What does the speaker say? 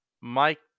Mike